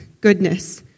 goodness